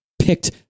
picked